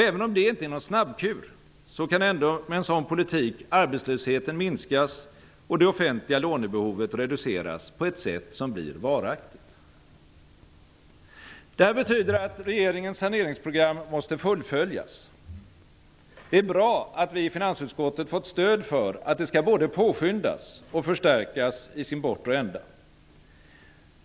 Även om det inte är någon snabbkur, kan ändå med en sådan politik arbetslösheten minskas och det offentliga lånebehovet reduceras på ett sätt som blir varaktigt. Det betyder att regeringens saneringsprogram måste fullföljas. Det är bra att vi i finansutskottet fått stöd för att det skall både påskyndas och förstärkas i sin bortre ända.